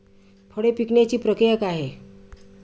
फळे पिकण्याची प्रक्रिया काय आहे?